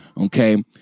okay